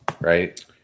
right